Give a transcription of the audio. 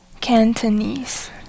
Cantonese